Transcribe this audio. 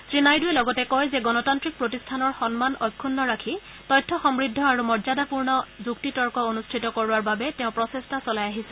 শ্ৰী নাইডুৱে লগতে কয় যে গণতান্ত্ৰিক প্ৰতিষ্ঠানৰ সন্মান অক্ষুণ্ণ ৰাখি তথ্য সমৃদ্ধ আৰু মৰ্যাদাপূৰ্ণ যুক্তিতৰ্ক অনুষ্ঠিত কৰোৱাৰ বাবে তেওঁ প্ৰচেষ্টা চলাই আহিছে